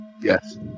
Yes